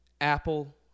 Apple